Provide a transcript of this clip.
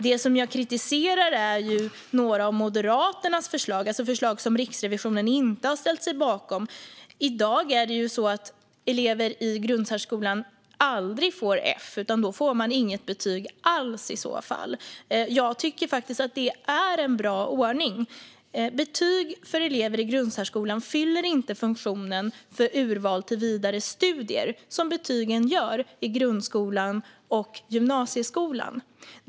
Det jag kritiserar är några av Moderaternas förslag, som Riksrevisionen alltså inte har ställt sig bakom. I dag får elever i grundsärskolan aldrig F; de får i så fall inget betyg alls. Jag tycker att det är en bra ordning. Betyg för elever i grundsärskolan fyller inte den funktion i samband med urval för högre studier som betygen i grundskolan och gymnasieskolan gör.